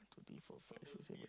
one two three four five six seven